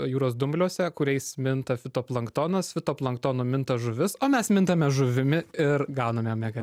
jūros dumbliuose kuriais minta fitoplanktonas fitoplanktonu minta žuvis o mes mintame žuvimi ir gauname omega